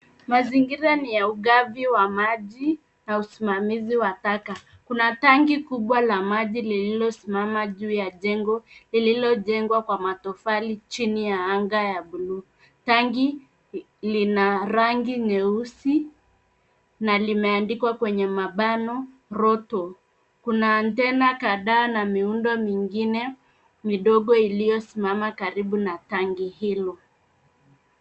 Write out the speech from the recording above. Mazingira ni ya ugavi wa maji na usimamizi wa taka kuna tanki kubwa la maji lililo simama juu ya jengo lililo jengwa kwa matofali chini ya anga ya bluu. Tangi lina rangi nyeusi na limeandikwa kwenye mabano Roto, kuna antena kadhaa na miundo mingine midogo iliyo simama karibu na tanki hilo.